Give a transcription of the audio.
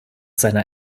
seiner